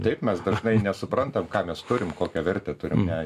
taip mes dažnai nesuprantam ką mes turim kokią vertę turim ne